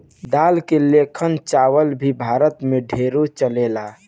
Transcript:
दाल के लेखन चावल भी भारत मे ढेरे चलेला